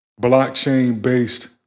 blockchain-based